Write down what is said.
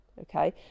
okay